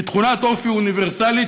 היא תכונת אופי אוניברסלית,